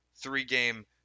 Three-game